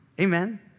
Amen